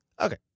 Okay